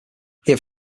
had